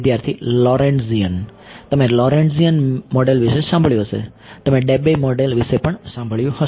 વિદ્યાર્થી Lorentzian તમે Lorentzian model વિષે સાંભળ્યું હશે તમે Debye મોડેલ વિષે પણ સાંભળ્યું હશે